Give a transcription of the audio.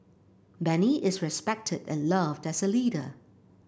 Benny is respected and loved as a leader